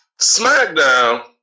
SmackDown